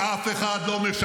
אף אחד לא אמר את זה.